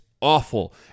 awful